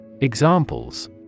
Examples